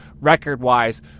record-wise